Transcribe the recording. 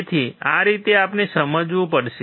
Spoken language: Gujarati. તેથી આ રીતે આપણે સમજવું પડશે